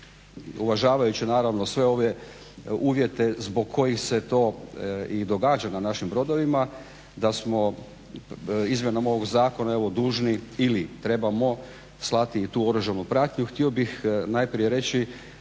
uvažavajući naravno sve ove uvjete zbog kojih se to i događa na našim brodovima da smo izmjenom ovoga zakona dužni ili trebamo slati tu oružanu pratnju. Htio bih najprije reći